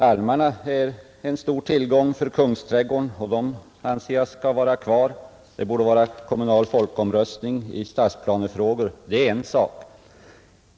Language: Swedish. Almarna är en stor tillgång för Kungsträdgården, och jag anser att de bör stå kvar och att det borde vara kommunal folkomröstning i stadsplanefrågor. Detta är en sak.